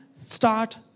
start